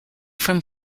from